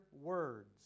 words